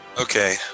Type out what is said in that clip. Okay